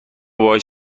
باهاش